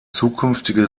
zukünftige